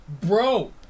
Bro